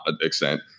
extent